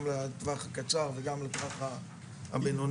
גם לטווח הקצר וגם לטווח הבינוי.